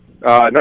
No